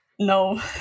No